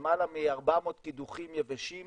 למעלה מ-400 קידוחים יבשים